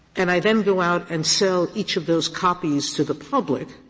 and i then go out and sell each of those copies to the public,